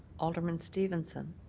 alderman stevenson.